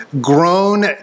grown